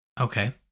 Okay